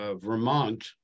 Vermont